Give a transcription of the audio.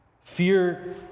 Fear